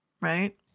Right